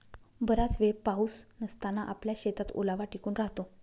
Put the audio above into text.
बराच वेळ पाऊस नसताना आपल्या शेतात ओलावा टिकून राहतो